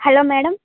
hello madam